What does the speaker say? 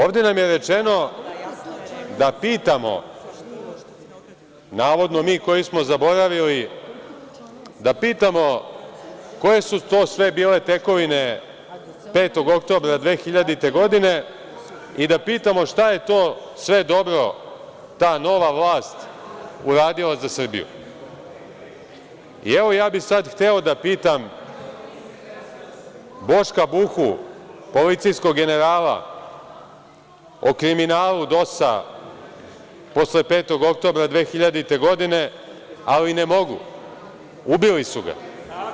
Ovde nam je rečeno da pitamo, navodno mi koji smo zaboravili, koje su to sve bile tekovine 5. oktobra 2000. godine i da pitamo šta je to sve dobro ta nova vlast uradila za Srbiju i, evo, ja bih sada hteo da pitam Boška Buhu, policijskog generala o kriminalu DOS posle 5. oktobra 2000. godine, ali ne mogu, ubili su ga.